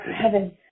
heaven